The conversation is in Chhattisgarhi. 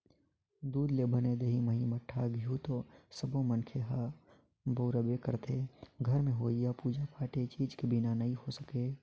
दूद ले बने दही, मही, मठा, घींव तो सब्बो मनखे ह बउरबे करथे, घर में होवईया पूजा पाठ ए चीज के बिना नइ हो सके